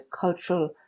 cultural